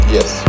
Yes